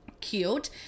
cute